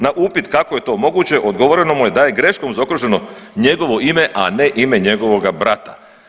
Na upit kako je to moguće odgovoreno mu je da je greškom zaokruženo njegovo ime, a ne ime njegovoga brata.